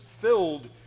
filled